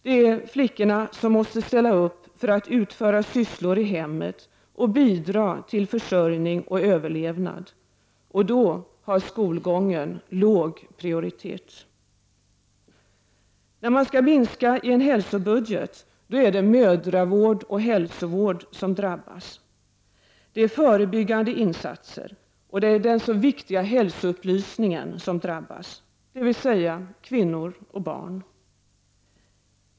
Det är flickorna som måste ställa upp för att utföra sysslor i hemmet och bidra till försörjning och överlevnad — då har skolgången låg prioritet. När man skall minska i en hälsobudget då är det mödraoch hälsovård som drabbas. Det är förebyggande insatser och den så viktiga hälsoupplysningen som drabbas, dvs. kvinnor och barn.